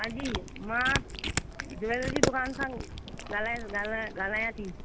हा जी मां ज्वैलरी जी दुकानु सां ॻालाइन ॻालाइ ॻाल्हांया थी